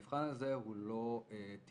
המבחן הזה הוא לא טיוב.